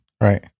Right